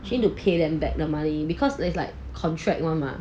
need to pay them back the money because it's like contract [one] mah